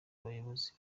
bayobozi